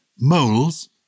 Moles